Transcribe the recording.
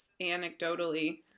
anecdotally